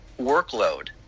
workload